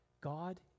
God